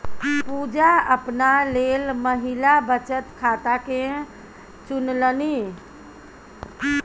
पुजा अपना लेल महिला बचत खाताकेँ चुनलनि